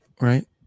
right